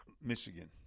Michigan